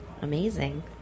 Amazing